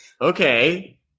Okay